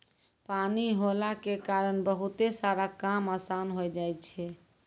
पानी होला के कारण बहुते सारा काम आसान होय जाय छै